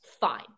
fine